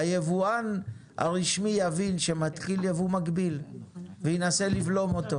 היבואן הרשמי יבין שמתחיל ייבוא מקביל וינסה לבלום אותו.